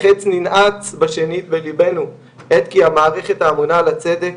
החץ ננעץ בשנית בליבנו עת כי המערכת האמונה על הצדק,